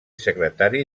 secretari